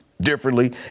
differently